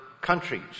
countries